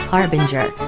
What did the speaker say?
Harbinger